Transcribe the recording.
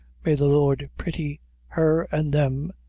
may the lord pity her an' them,